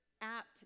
apt